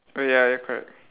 oh ya ya correct